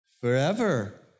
Forever